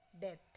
death